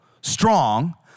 strong